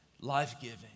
life-giving